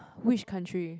which country